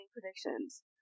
predictions